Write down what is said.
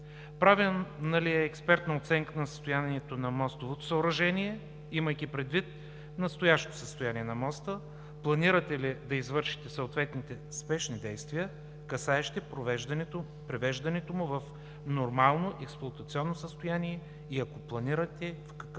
правена ли е експертна оценка на състоянието на мостовото съоръжение, имайки предвид настоящото състояние на моста? Планирате ли да извършите съответните спешни действия, касаещи привеждането му в нормално експлоатационно състояние и, ако планирате, в какъв